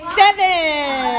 seven